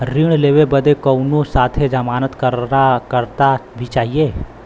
ऋण लेवे बदे कउनो साथे जमानत करता भी चहिए?